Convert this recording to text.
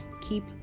keep